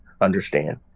understand